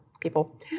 people